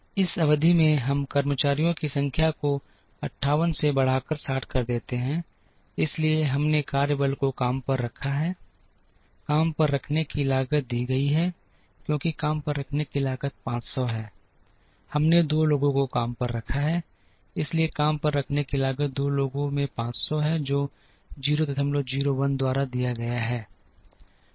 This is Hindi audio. इस अवधि में हम कर्मचारियों की संख्या को 58 से बढ़ाकर 60 कर देते हैं इसलिए हमने कार्यबल को काम पर रखा है काम पर रखने की लागत दी गई है क्योंकि काम पर रखने की लागत 500 है हमने 2 लोगों को काम पर रखा है इसलिए काम पर रखने की लागत 2 लोगों में 500 है जो 001 द्वारा दिया गया है